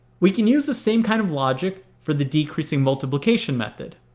we can use the same kind of logic for the decreasing multiplication method.